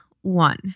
one